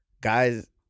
guys